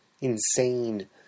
Insane